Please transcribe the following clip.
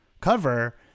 cover